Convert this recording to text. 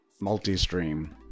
multi-stream